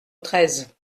treize